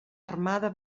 armada